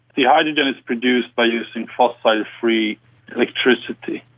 the hydrogen is produced by using phosphate-free electricity.